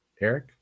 eric